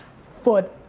foot